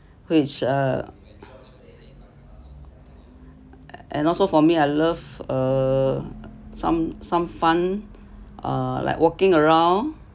which uh and also for me I love uh some some fun uh like walking around